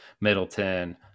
Middleton